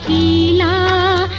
e la